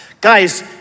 guys